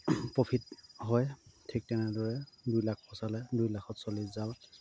profit হয় ঠিক তেনেদৰে দুই লাখ ফচালে দুই লাখত চল্লিছ যাওঁ